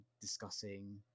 discussing